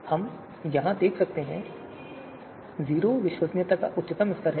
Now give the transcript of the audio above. हम यहां देख सकते हैं 0 विश्वसनीयता का उच्चतम स्तर है